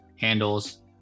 Handles